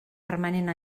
permanent